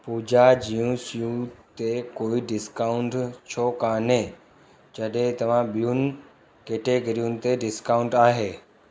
पूॼा जूं शयूं ते को डिस्काउंट छो काने जॾहिं तव्हां ॿियुनि कैटेगरियुनि ते डिस्काउंट आहे